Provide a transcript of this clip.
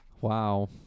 Wow